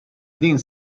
din